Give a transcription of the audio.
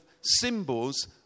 symbols